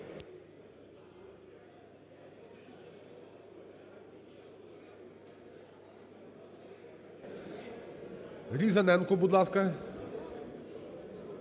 Різаненко, будь ласка.